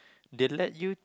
they let you